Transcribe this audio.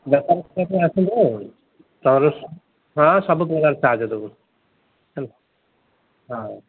ବେପାର କରିବା ପାଇଁ ଆସନ୍ତୁ ହଁ ସବୁ ପ୍ରକାର ସାହାଯ୍ୟ ଦେବୁ ହେଲା ହଁ